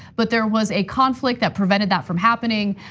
but there was a conflict that prevented that from happening.